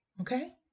okay